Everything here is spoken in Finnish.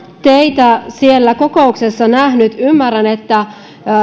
teitä siellä kokouksessa nähnyt ymmärrän että